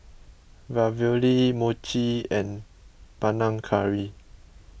Ravioli Mochi and Panang Curry